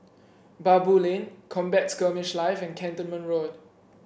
Baboo Lane Combat Skirmish Live and Cantonment Road